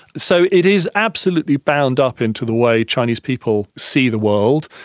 so it is absolutely bound up into the way chinese people see the world,